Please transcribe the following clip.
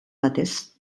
batez